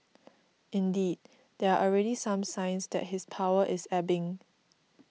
indeed there are already some signs that his power is ebbing